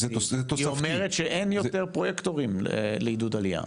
היא אומרת שאין יותר פרויקטורים לעידוד עלייה.